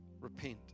repent